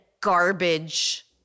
garbage